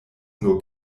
nur